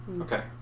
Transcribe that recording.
Okay